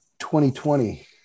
2020